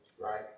Right